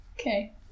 okay